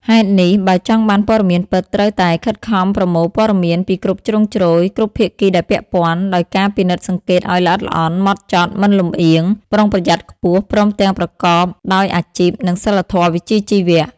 ហេតុនេះ បើចង់បានព័ត៌មានពិត ត្រូវតែខិតខំប្រមូលព័ត៌មានពីគ្រប់ជ្រុងជ្រោយ គ្រប់ភាគីដែលពាក់ព័ន្ធ ដោយការពិនិត្យសង្កេតឱ្យល្អិតល្អន់ ហ្មត់ចត់ មិនលម្អៀង ប្រុងប្រយ័ត្នខ្ពស់ ព្រមទាំងប្រកបដោយអាជីព និងសីលធម៌វិជ្ជាជីវៈ។